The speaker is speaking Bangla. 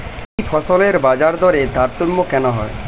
একই ফসলের বাজারদরে তারতম্য কেন হয়?